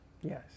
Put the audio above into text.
Yes